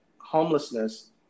homelessness